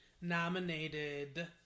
nominated